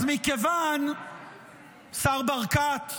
השר ברקת,